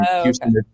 Houston